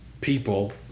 people